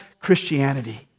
Christianity